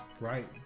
Right